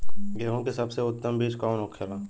गेहूँ की सबसे उत्तम बीज कौन होखेला?